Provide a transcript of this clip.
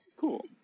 Cool